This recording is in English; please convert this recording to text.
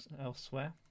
Elsewhere